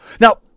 Now